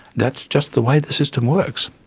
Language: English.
that's just the way the system works,